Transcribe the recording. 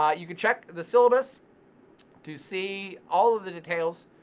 um you could check the syllabus to see all of the details.